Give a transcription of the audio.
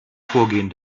vorgehen